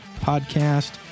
podcast